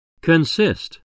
Consist